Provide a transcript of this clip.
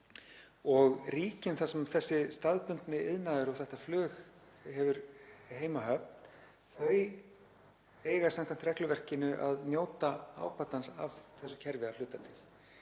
Ríki þar sem þessi staðbundni iðnaður og þetta flug hefur heimahöfn eiga samkvæmt regluverkinu að njóta ábatans af þessu kerfi að hluta til.